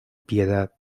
piedad